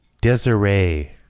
Desiree